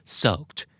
soaked